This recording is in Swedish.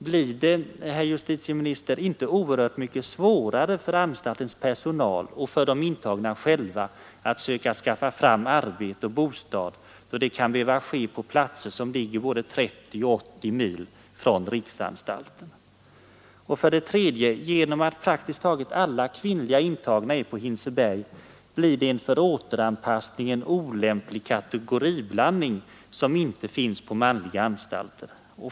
Blir det, herr justitieminister, inte oerhört mycket svårare för anstalten och för de intagna själva att söka skaffa fram arbete och bostad då det kan behöva ske på platser som ligger både 30 och 80 mil från riksanstalten? 3. Genom att praktiskt taget alla kvinnliga intagna är på Hinseberg blir det en för återanpassningen olämplig kategoriblandning som inte finns på manliga anstalter.